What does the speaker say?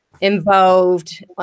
involved